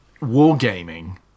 wargaming